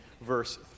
verse